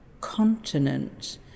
continent